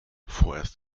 vorerst